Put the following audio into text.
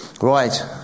Right